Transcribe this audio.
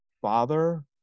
father